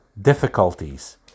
difficulties